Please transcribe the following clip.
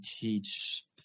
teach